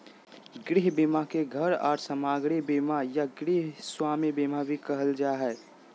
गृह बीमा के घर आर सामाग्री बीमा या गृहस्वामी बीमा भी कहल जा हय